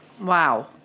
wow